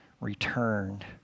returned